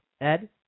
Ed